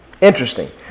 Interesting